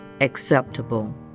acceptable